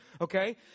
Okay